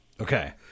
Okay